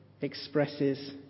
expresses